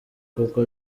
kuko